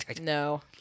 No